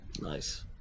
Nice